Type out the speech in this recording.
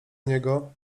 niego